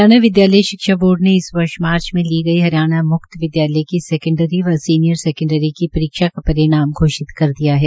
हरियाणा विदयालय शिक्षा बोर्ड ने इस वर्ष मार्च में ली गई हरियाणा मुक्त विदयालय की सेकेंडी व सीनियर सेकेंडरी की परीक्षा का परिणाम घोषित कर दिया है